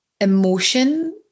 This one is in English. emotion